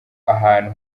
ahantu